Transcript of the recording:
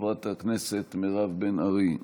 חברת הכנסת מירב בן ארי,